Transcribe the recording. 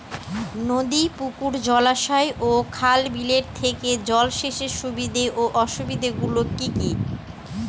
নদী পুকুর জলাশয় ও খাল বিলের থেকে জল সেচের সুবিধা ও অসুবিধা গুলি কি কি?